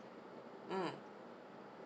mm